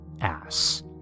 ass